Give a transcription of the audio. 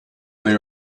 they